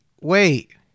wait